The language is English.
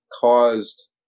caused